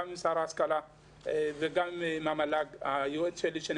גם עם שר ההשכלה וגם עם המל"ג ועם היועץ שלי ירגה